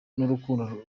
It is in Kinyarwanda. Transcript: n’urukundo